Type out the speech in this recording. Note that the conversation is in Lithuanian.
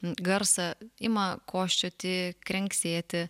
garsą ima kosčioti krenksėti